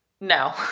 No